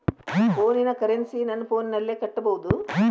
ಫೋನಿನ ಕರೆನ್ಸಿ ನನ್ನ ಫೋನಿನಲ್ಲೇ ಕಟ್ಟಬಹುದು?